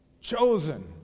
chosen